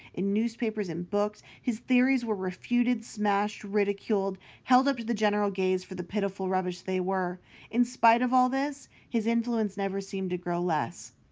in newspapers, in books, his theories were refuted, smashed, ridiculed, held up to the general gaze for the pitiful rubbish that they were in spite of all this, his influence never seemed to grow less.